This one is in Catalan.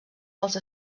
dels